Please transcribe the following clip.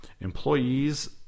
employees